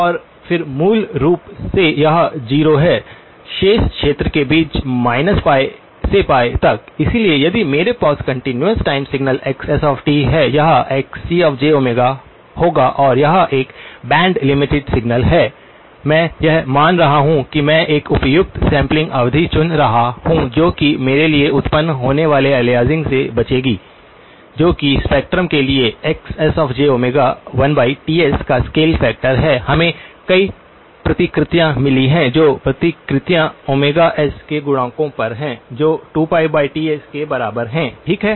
और फिर मूल रूप से यह 0 है शेष क्षेत्र के बीच π से तक इसलिए यदि मेरे पास कंटीन्यूअस टाइम सिग्नल xs है यह Xc होगा और यह एक बैंड लिमिटेड सिग्नल है मैं यह मान रहा हूं मैं एक उपयुक्त सैंपलिंग अवधि चुन रहा हूं जो कि मेरे लिए उत्पन्न होने वाले अलियासिंग से बचेंगी जो कि स्पेक्ट्रम के लिए Xs 1 Ts का स्केल फैक्टर है हमे कई प्रतिकृतियां मिली हैं जो प्रतिकृतियां S के गुणकों पर हैं जो 2πTs के बराबर हैं ठीक है